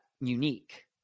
unique